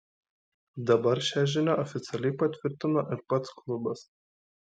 dabar šią žinią oficialiai patvirtino ir pats klubas